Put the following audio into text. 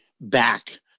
back